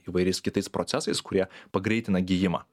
įvairiais kitais procesais kurie pagreitina gijimą